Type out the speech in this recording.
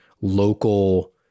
local